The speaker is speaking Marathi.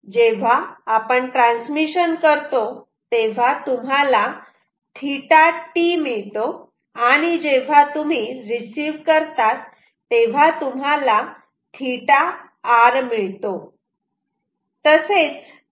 जेव्हा आपण ट्रान्समिशन करतो तेव्हा तुम्हाला मिळतो आणि जेव्हा तुम्ही रिसिव्ह करतात तेव्हा तुम्हाला मिळतो